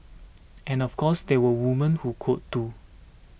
and of course there were woman who code too